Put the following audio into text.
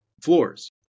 floors